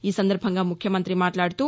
ఈ సందర్భంగా మయుఖ్యమంతి మాట్లాడుతూ